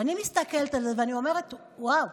ואני מסתכלת על זה ואני אומרת: וואו,